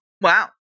Wow